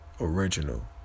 original